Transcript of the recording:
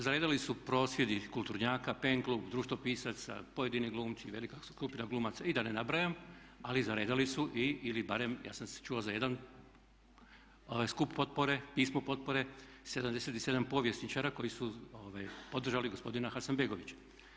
Zaredali su prosvjedi kulturnjaka, PEN klub, Društvo pisaca, pojedini glumci, velika skupina glumaca i da ne nabrajam ali zaredali su i ili barem ja sam čuo za jedan skup potpore, pismo potpore 77 povjesničara koji su podržali gospodina Hasanbegovića.